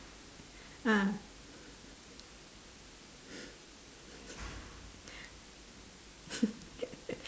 ah